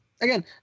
Again